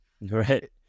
Right